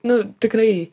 nu tikrai